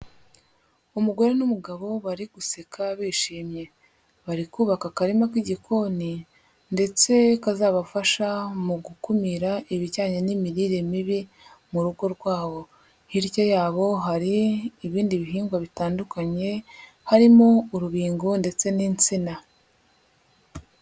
Umugore n'umugabo bari guseka bishimye, bari kubaka akarima k'igikoni ndetse kazabafasha mu gukumira ibijyanye n'imirire mibi mu rugo rwabo, hirya yabo hari ibindi bihingwa bitandukanye harimo urubingo ndetse n'insina.